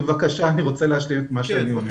אני רוצה להשלים את דבריי,